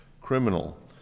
criminal